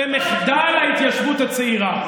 ומחדל ההתיישבות הצעירה.